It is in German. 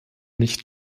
nicht